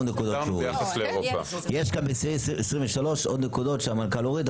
יש בסעיף 23 עוד נקודות שהמנכ"ל הוריד.